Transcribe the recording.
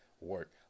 work